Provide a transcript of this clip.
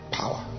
power